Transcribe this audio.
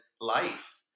life